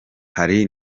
hari